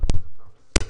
כשהתקציב יבוא לאישור,